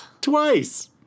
Twice